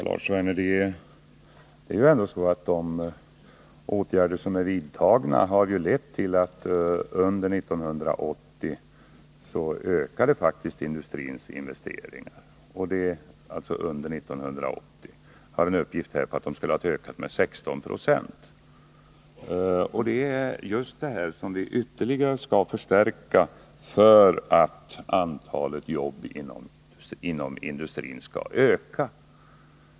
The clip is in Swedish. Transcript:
Fru talman! Det är ändå så, Lars Werner, att de åtgärder som är vidtagna har lett till att industrins investeringar faktiskt ökade under 1980. Jag har en uppgift om att de skulle ha ökat med 16 96. Det är just denna utveckling som vi ytterligare skall förstärka för att antalet jobb inom industrin skall öka.